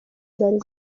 zari